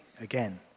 again